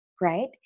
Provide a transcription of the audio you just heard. right